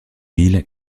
bill